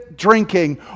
drinking